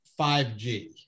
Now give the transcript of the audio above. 5G